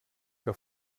que